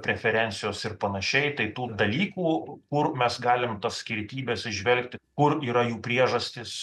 preferencijos ir panašiai tai tų dalykų kur mes galim tas skirtybes įžvelgti kur yra jų priežastys